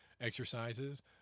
exercises